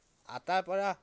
আটাৰ পৰা